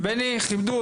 אני יובל,